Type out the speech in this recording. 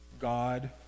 God